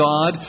God